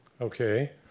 Okay